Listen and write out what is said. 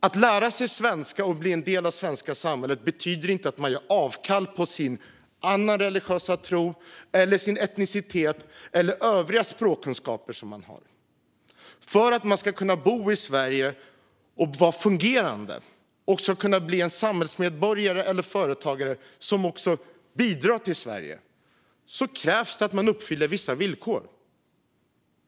Att lära sig svenska och bli en del av det svenska samhället betyder inte att man ger avkall på sin religiösa tro, sin etnicitet eller övriga språkkunskaper som man har. För att man ska kunna bo i Sverige och vara en fungerande samhällsmedborgare eller företagare som bidrar till Sverige krävs det att man uppfyller vissa villkor.